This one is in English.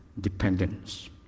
dependence